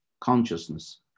consciousness